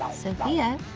um sophia? ah,